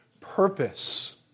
purpose